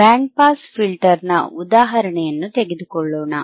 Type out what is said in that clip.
band pass filter ನ ಉದಾಹರಣೆಯನ್ನು ತೆಗೆದುಕೊಳ್ಳೋಣ